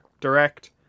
direct